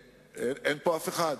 ההמשך יבוא אחר כך.